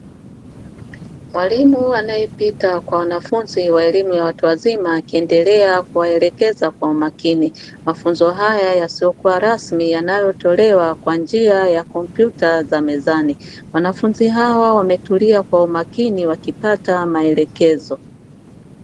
Mwalimu anayepita kwa wanafunzi wa elimu ya watu wazima akiendelea kuwaelekeza kwa umakini. Mafunzo haya yasiyokuwa rasmi yanayotolewa kwa njia ya kompyuta za mezani. Wanafunzi hao wametulia kwa umakini wakipata maelekezo.